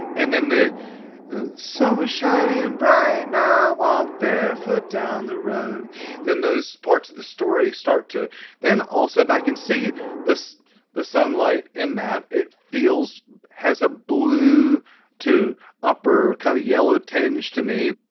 and then the sun was shining and bright ah ah barefoot down the road then those parts of the story start to then also. i can see this the sunlight in that it feels has a blue to upper. kind of yellow tinge to me